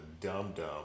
dumb-dumb